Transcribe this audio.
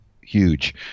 huge